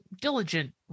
diligent